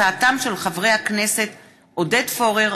הצעתם של חברי הכנסת עודד פורר,